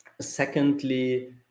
Secondly